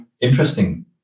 interesting